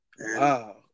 Wow